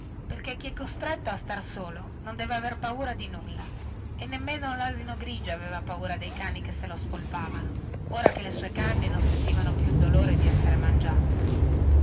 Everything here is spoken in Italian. perchè chi è costretto a star solo non deve aver paura di nulla e nemmeno lasino grigio aveva paura dei cani che se lo spolpavano ora che le sue carni non sentivano più il dolore di esser mangiate